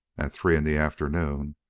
at three in the afternoon,